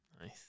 Nice